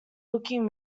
looking